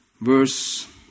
Verse